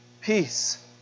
Peace